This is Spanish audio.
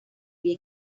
bien